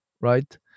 right